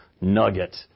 nugget